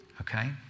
okay